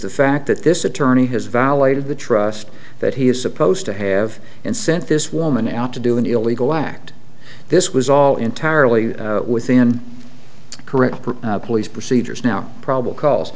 the fact that this attorney has violated the trust that he is supposed to have and sent this woman out to do an illegal act this was all entirely within correct police procedures now probable cause